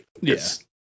Yes